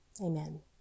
Amen